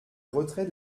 retrait